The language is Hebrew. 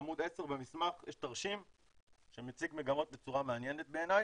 בעמוד 10 במסמך יש תרשים שמציג מגמות בצורה מעניינת בעיניי,